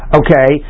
okay